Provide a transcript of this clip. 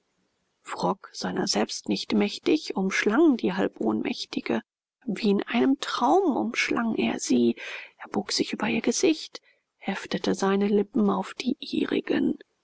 frock seiner selbst nicht mächtig umschlang die halbohnmächtige wie in einem traum umschlang er sie er bog sich über ihr gesicht heftete seine lippen auf die ihrigen